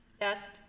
Yes